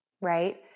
right